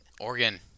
Oregon